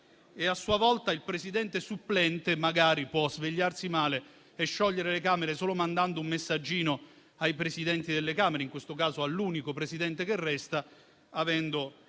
che a sua volta il Presidente supplente magari può svegliarsi male e sciogliere le Camere solo mandando un messaggino ai Presidenti delle Camere, in questo caso all'unico Presidente che resta, avendo